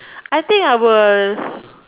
I think I will